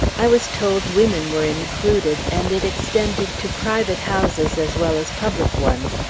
i was told women were included, and it extended to private houses as well as public ones,